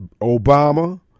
Obama